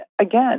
again